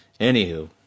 Anywho